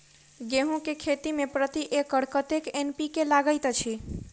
गेंहूँ केँ खेती मे प्रति एकड़ कतेक एन.पी.के लागैत अछि?